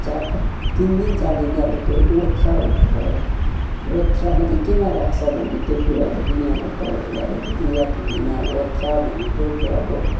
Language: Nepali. चार तिन दिन चार दिन चाहिँ अब त्यो ओथ्रा भन्छ ओथ्रमा चाहिँ केमा राख्छ भने त्यो कुराहरू पनि अब तपाईँहरूलाई अब त्यति याद हुँदैन अब ओथ्रा भन्ने चाहिँ त्यो अब